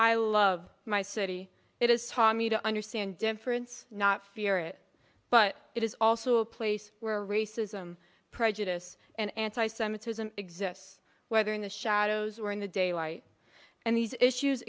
i love my city it has taught me to understand difference not fear it but it is also a place where racism prejudice and anti semitism exists whether in the shadows were in the daylight and these issues